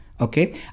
Okay